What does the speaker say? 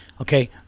Okay